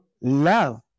love